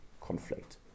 conflict